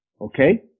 Okay